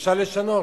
אפשר לשנות.